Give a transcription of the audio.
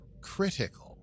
Critical